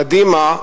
קדימה,